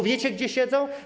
Wiecie gdzie siedzą?